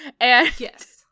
Yes